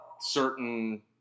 certain